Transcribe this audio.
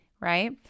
right